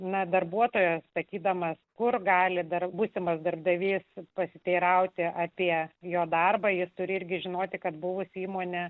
ne darbuotojas matydamas kur gali dar būsimas darbdavys pasiteirauti apie jo darbą ji turi irgi žinoti kad buvusi įmonė